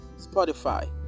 spotify